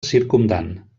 circumdant